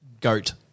Goat